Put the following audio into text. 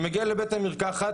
כשאני מגיע לבית מרקחת,